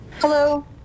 Hello